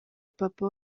papa